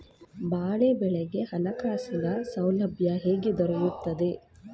ಬಾಳೆ ಬೆಳೆಗೆ ಹಣಕಾಸಿನ ಸೌಲಭ್ಯ ಹೇಗೆ ದೊರೆಯುತ್ತದೆ?